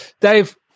Dave